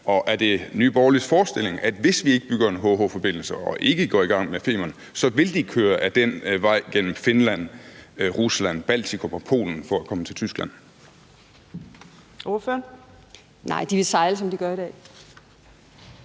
Og er det Nye Borgerliges forestilling, at hvis vi ikke bygger en HH-forbindelse og ikke går i gang med Femern, så vil de køre den vej, gennem Finland, Rusland, Baltikum og Polen, for at komme til Tyskland?